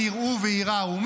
למען יראו וייראו.